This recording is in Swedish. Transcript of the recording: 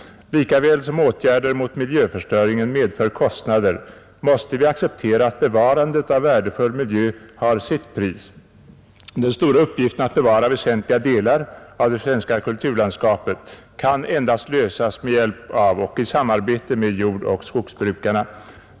Likaväl som åtgärder mot miljöförstöringen medför kostnader måste vi acceptera, att bevarandet av värdefull miljö har sitt pris. Den stora uppgiften att bevara väsentliga delar av det svenska kulturlandskapet kan endast lösas med hjälp av och i samarbete med jordoch skogsbrukarna.